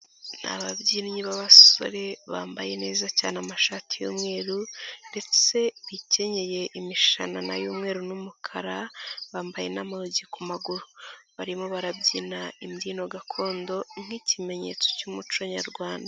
Ni ababyinnyi b'abasore bambaye neza cyane amashati y'umweru ndetse bikenyeye imishanana y'umweru n'umukara, bambaye n'amayogi ku maguru. Barimo barabyina imbyino gakondo nk'ikimenyetso cy'umuco nyarwanda.